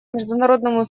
международному